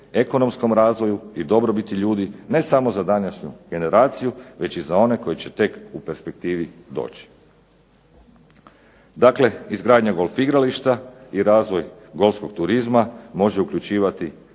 ekonomskom razvoju, i dobrobiti ljudi ne samo za današnju generaciju već i za one koji će tek u perspektivi doći. Dakle, izgradnja golf igrališta i razvoj golfskog turizma može uključivati